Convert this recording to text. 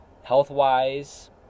Health-wise